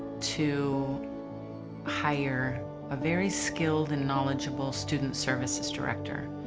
to hire a very skilled and knowledgeable student services director.